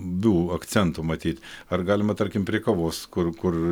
bių akcentų matyt ar galima tarkim prie kavos kur kur